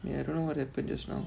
ya I don't know what happened just now